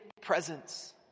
presence